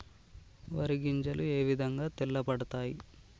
వరి గింజలు ఏ విధంగా తెల్ల పడతాయి?